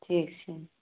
ठीक छै